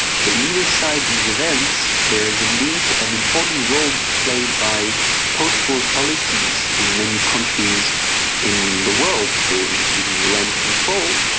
so leave aside these events, there is indeed an important role played by post-war policies in many countries in the world, so including rent control,